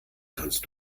kannst